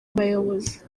abayobozi